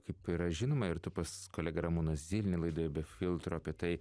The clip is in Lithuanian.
kaip yra žinoma ir tu pas kolegą ramūną zilnį laidoje be filtro apie tai